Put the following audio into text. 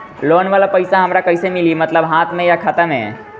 Loan वाला पैसा हमरा कइसे मिली मतलब हाथ में या खाता में?